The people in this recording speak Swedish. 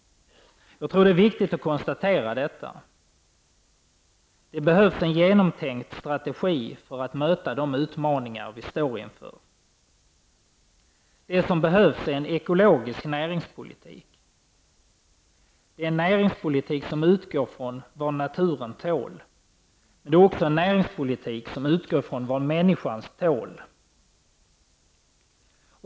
Jag tror att det är viktigt att konstatera detta. Det behövs en genomtänkt strategi för att möta de utmaningar vi står inför. Det som behövs är en ekologisk näringspolitik, en näringspolitik som utgår ifrån vad naturen tål, men också en näringspolitik som utgår ifrån vad människan tål.